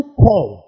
call